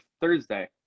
Thursday